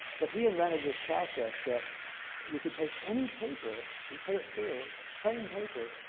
but he invented this process that you could take any paper and put it through, plain paper,